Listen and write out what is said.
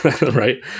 right